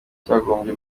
cyagombye